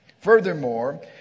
Furthermore